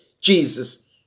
Jesus